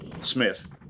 Smith